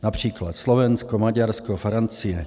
Například Slovensko, Maďarsko, Francie.